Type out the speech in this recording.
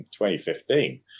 2015